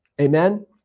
Amen